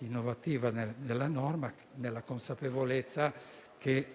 innovativa della norma, nella consapevolezza che,